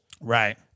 Right